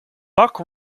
buck